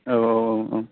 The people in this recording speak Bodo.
औ औ औ औ